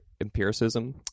empiricism